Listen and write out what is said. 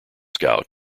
scout